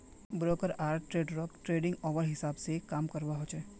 broker आर ट्रेडररोक trading hour हिसाब से काम करवा होचे